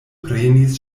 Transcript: prenis